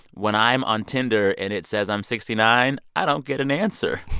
when i'm on tinder and it says i'm sixty nine, i don't get an answer.